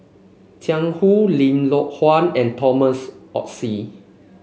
Jiang Hu Lim Loh Huat and Thomas Oxley